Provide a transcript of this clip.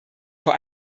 vor